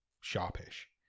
sharpish